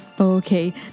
Okay